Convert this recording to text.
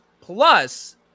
Plus